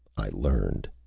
i learned.